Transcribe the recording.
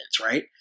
right